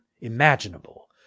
imaginable